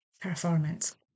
performance